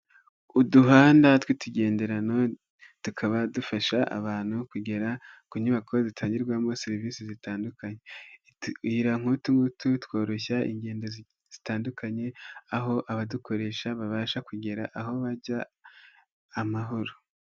Uduhanda tw'utugenderano, tukaba dufasha abantu kugera ku nyubako zitangirwamo serivisi zitandukanye. Utuyira nk'utungutu, tworoshya ingendo zitandukanye, aho abadukoresha babasha kugera aho bajya amahoro.